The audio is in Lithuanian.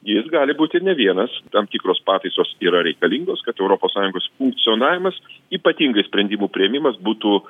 jis gali būti ne vienas tam tikros pataisos yra reikalingos kad europos sąjungos funkcionavimas ypatingai sprendimų priėmimas būtų